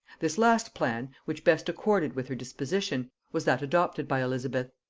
this last plan, which best accorded with her disposition, was that adopted by elizabeth.